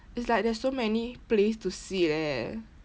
it's like there's so many place to sit eh